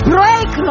Break